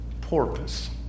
porpoise